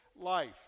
life